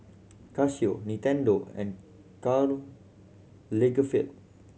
Casio Nintendo and Karl Lagerfeld